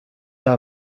our